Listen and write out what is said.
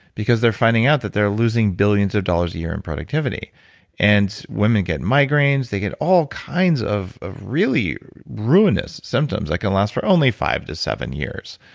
because they're finding out that they're losing billions of dollars a year in productivity and women get migraines, they get all kinds of of really ruinous symptoms that can last for only five to seven years.